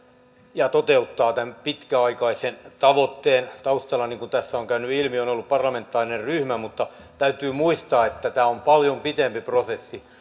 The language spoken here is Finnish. ja toteuttaa tämän pitkäaikaisen tavoitteen taustalla niin kuin tässä on käynyt ilmi on ollut parlamentaarinen ryhmä mutta täytyy muistaa että tämä on paljon pitempi prosessi